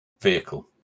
vehicle